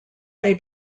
may